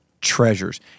treasures